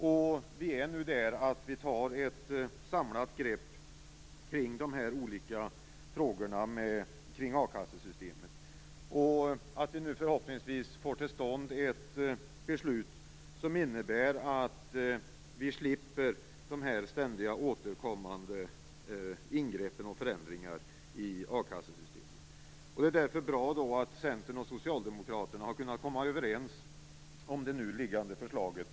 Nu är vi där, och nu tar vi ett samlat grepp kring de olika frågorna kring akassesystemet. Förhoppningsvis får vi nu också till stånd ett beslut som innebär att vi slipper de ständigt återkommande ingreppen och förändringarna i akassesystemet. Det är därför bra att Centern och Socialdemokraterna har kunnat komma överens om det nu liggande förslaget.